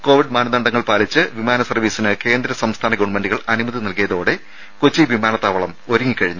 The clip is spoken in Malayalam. കോവിഡ് മാനദണ്ഡങ്ങൾ പാലിച്ച് വിമാന സർവ്വീസിന് കേന്ദ്ര സംസ്ഥാന ഗവൺമെന്റുകൾ അനുമതി നൽകിയതോടെ കൊച്ചി വിമാനത്താവളം ഒരുങ്ങി